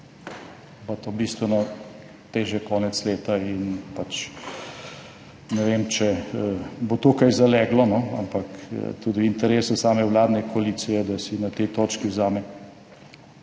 Bo to bistveno težje konec leta in ne vem, če bo to kaj zaleglo, ampak tudi v interesu same vladne koalicije, da si na tej točki vzame